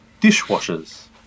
dishwashers